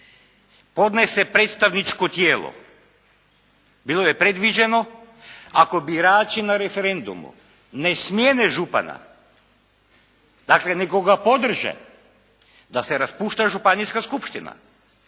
podnese predstavničko tijelo, bilo je predviđeno ako birači na referendumu ne smijene župana, dakle nego ga podrže da se raspušta županijska skupština.